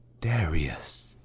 Darius